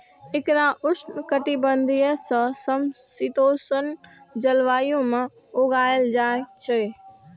एकरा उष्णकटिबंधीय सं समशीतोष्ण जलवायु मे उगायल जाइ छै